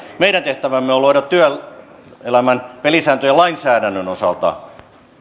meidän tehtävämme on luoda työelämän pelisääntöjä lainsäädännön osalta